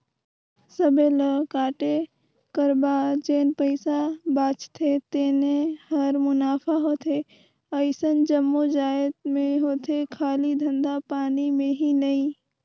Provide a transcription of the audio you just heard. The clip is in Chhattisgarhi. सबे ल कांटे कर बाद जेन पइसा बाचथे तेने हर मुनाफा होथे अइसन जम्मो जाएत में होथे खाली धंधा पानी में ही नई